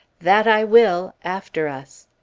that i will! after us.